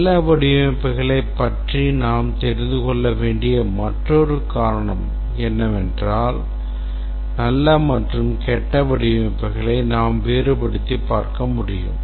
நல்ல வடிவமைப்புகளைப் பற்றி நாம் தெரிந்து கொள்ள வேண்டிய மற்றொரு காரணம் என்னவென்றால் நல்ல மற்றும் கெட்ட வடிவமைப்புகளை நாம் வேறுபடுத்திப் பார்க்க முடியும்